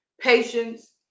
patience